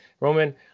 roman